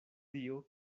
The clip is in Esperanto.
dio